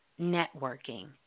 networking